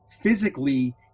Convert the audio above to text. physically